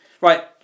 Right